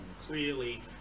Clearly